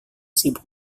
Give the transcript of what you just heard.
sibuk